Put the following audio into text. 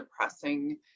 depressing